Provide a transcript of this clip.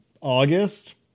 August